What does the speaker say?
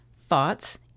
thoughts